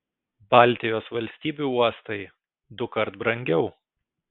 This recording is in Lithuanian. baltijos valstybių uostai dukart brangiau